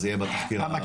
זה יהיה בתחקיר המשרד.